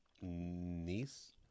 niece